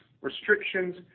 restrictions